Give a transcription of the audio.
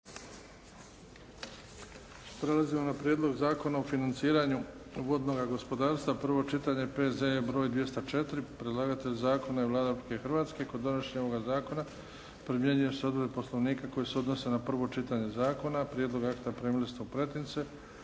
Prelazimo na: - Prijedlog zakona o financiranju vodnoga gospodarstva, prvo čitanje P.Z.E. broj 204. Predlagatelj zakona je Vlada Republike Hrvatske. Kod donošenja ovoga zakona primjenjuju se odredbe Poslovnika koje se odnose na prvo čitanje zakon. Prijedlog akta primili ste u pretince.